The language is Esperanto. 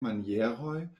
manieroj